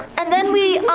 and then we,